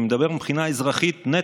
אני מדבר מבחינה אזרחית נטו.